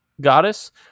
goddess